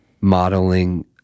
modeling